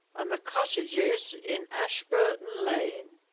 and the cottages in ashburton lane